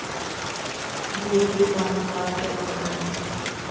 DAP का अनुपात क्या होता है?